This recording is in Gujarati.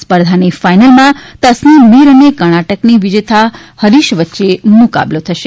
સ્પર્ધાની ફાઈનલમાં તસનીમ મીર અને કર્ણાટકની વિજેથા હરીશ વચ્ચે મુકાબલો થશે